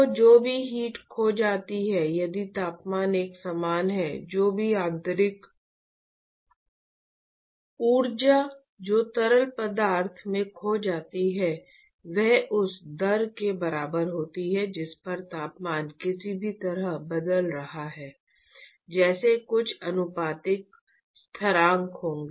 तो जो भी हीट खो जाती है यदि तापमान एक समान है जो भी आंतरिक ऊर्जा जो तरल पदार्थ में खो जाती है वह उस दर के बराबर होती है जिस पर तापमान किसी भी तरह बदल रहा है जैसे कुछ आनुपातिकता स्थिरांक होगा